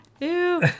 ew